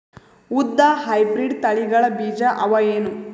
ಉದ್ದ ಹೈಬ್ರಿಡ್ ತಳಿಗಳ ಬೀಜ ಅವ ಏನು?